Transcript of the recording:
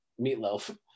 Meatloaf